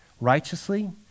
Righteously